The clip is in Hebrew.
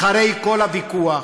אחרי כל הוויכוח,